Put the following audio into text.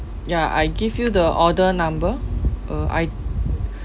ya I give you the order number uh I